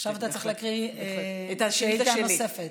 עכשיו אתה צריך להקריא שאילתה נוספת.